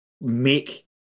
make